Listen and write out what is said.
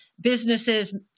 businesses